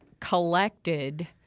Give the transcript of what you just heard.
collected